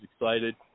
excited